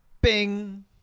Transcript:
bing